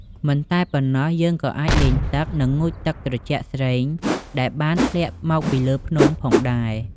មិនតែប៉ុណ្ណោះយើងក៏អាចលេងទឹក និងងូតទឹកស្រជាក់ស្រេង ដែលបានធ្លាក់មកពីលើភ្នំផងដែរ។